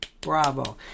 Bravo